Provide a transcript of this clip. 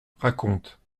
raconte